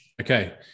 Okay